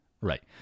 Right